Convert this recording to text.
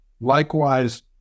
Likewise